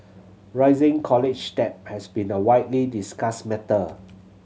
rising college debt has been a widely discussed matter